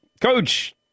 Coach